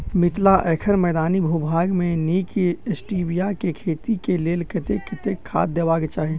मिथिला एखन मैदानी भूभाग मे नीक स्टीबिया केँ खेती केँ लेल कतेक कतेक खाद देबाक चाहि?